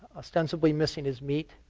ostensibly missing is meat.